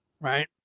right